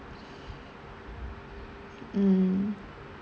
mm